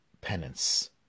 Penance